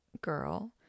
girl